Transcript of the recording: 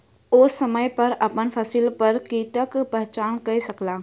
ओ समय पर अपन फसिल पर कीटक पहचान कय सकला